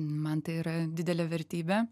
man tai yra didelė vertybė